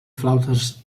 flautes